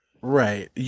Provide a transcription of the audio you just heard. Right